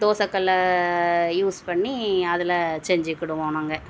தோசக்கல்லில் use பண்ணி அதில் செஞ்சிக்கிடுவோம் நாங்கள்